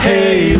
Hey